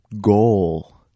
goal